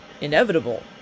inevitable